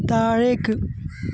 താഴേക്ക്